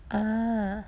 oh